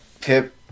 Pip